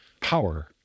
power